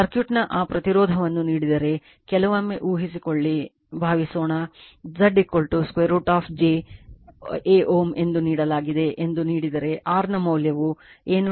ಸರ್ಕ್ಯೂಟ್ನ ಆ ಪ್ರತಿರೋಧವನ್ನು ನೀಡಿದರೆ ಕೆಲವೊಮ್ಮೆ ಊಹಿಸಿಕೊಳ್ಳಿ ಭಾವಿಸೋಣ Z √ j a Ω ಎಂದು ನೀಡಲಾಗಿದೆ ಎಂದು ನೀಡಿದರೆ r ನ ಮೌಲ್ಯ ಏನು x ನ ಮೌಲ್ಯ ಏನು